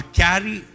carry